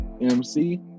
MC